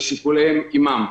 ושיקוליהם עימם.